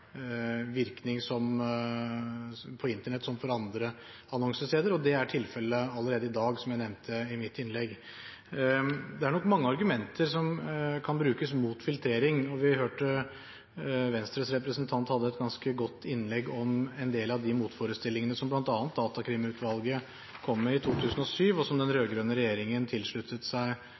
virkning for Internett som for andre annonsesteder, og det er tilfellet allerede i dag, som jeg nevnte i mitt innlegg. Det er nok mange argumenter som kan brukes imot filtrering. Vi hørte Venstres representant holde et ganske godt innlegg om en del av de motforestillingene som bl.a. Datakrimutvalget kom med i 2007, og som den rød-grønne regjeringen sluttet seg